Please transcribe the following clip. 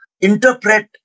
interpret